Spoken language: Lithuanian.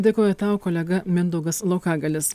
dėkoju tau kolega mindaugas laukagalis